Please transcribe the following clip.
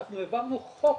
העברנו חוק